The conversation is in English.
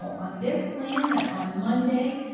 on this plan that on monday,